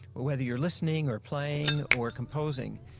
whether you're listening or playing or composing,